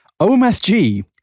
OMFG